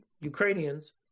Ukrainians